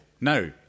No